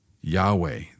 Yahweh